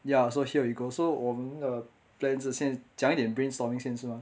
ya so here we go so 我们的 plans 是先讲一点 brainstorming 先是吗